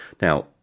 Now